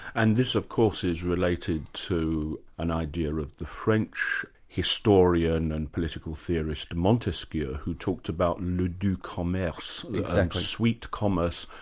and this of course is related to an idea of the french historian and political theorist, montesquieu who talked about le doux commerce, that sweet commerce,